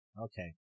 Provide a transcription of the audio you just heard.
Okay